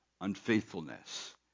unfaithfulness